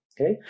okay